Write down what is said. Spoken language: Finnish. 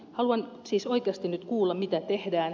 haluan siis oikeasti nyt kuulla mitä tehdään